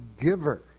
giver